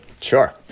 Sure